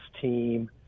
team